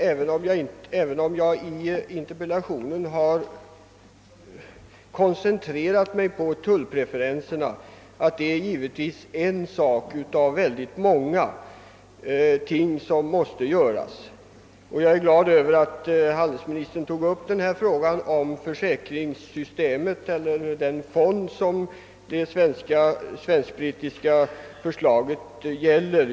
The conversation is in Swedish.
Även om jag i min interpellation har koncentrerat mig till tullpreferenserna, vill jag dock understryka att dessa bara utgör en sak av de många ting som måste göras. Jag är glad över att handelsministern tog upp frågan om den fond som det svensk-brittiska förslaget gäller.